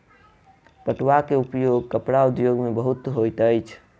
पटुआ के उपयोग कपड़ा उद्योग में बहुत होइत अछि